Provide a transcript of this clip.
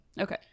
Okay